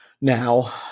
now